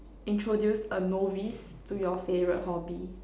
introduce a novice to your favorite hobby